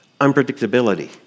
unpredictability